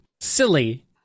silly